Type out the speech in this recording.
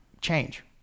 change